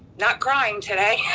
not crying today.